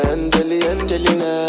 Angelina